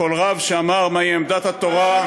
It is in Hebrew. כל רב שאמר מהי עמדת תורה,